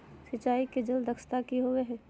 सिंचाई के जल दक्षता कि होवय हैय?